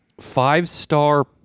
five-star